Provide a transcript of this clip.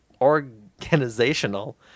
organizational